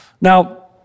Now